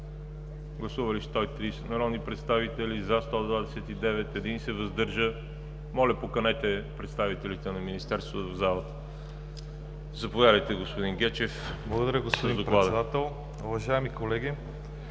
Благодаря, госпожо Председател. Уважаеми колеги